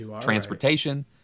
transportation